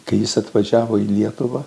kai jis atvažiavo į lietuvą